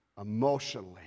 emotionally